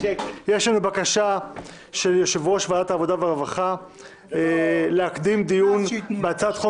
יש לנו בקשה של יושב-ראש ועדת העבודה והרווחה להקדים דיון בהצעת חוק